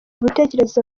ibitekerezo